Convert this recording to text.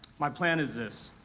my plan is this.